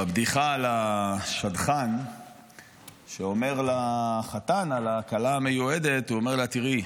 בבדיחה על השדכן שאומר לחתן על לכלה המיועדת: תראה,